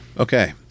Okay